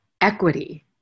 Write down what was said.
equity